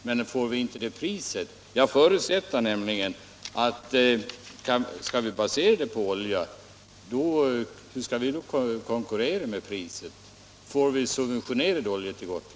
Men om vi skall basera energiproduktionen på olja, hur skall vi då konkurrera med priset? Får vi subventionerad olja till Gotland?